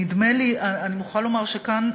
נדמה לי, אני מוכרחה לומר שכאן,